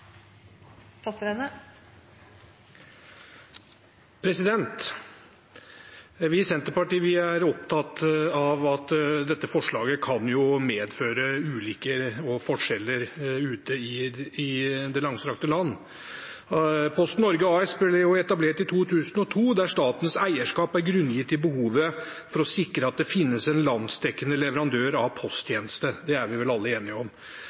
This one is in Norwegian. opptatt av at dette forslaget kan medføre forskjeller ute i det langstrakte land. Posten Norge AS ble etablert i 2002, og statens eierskap er grunngitt i behovet for å sikre at det finnes en landsdekkende leverandør av posttjenester. Det er vi vel alle enige om.